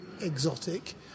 exotic